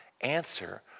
answer